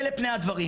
אלה פני הדברים.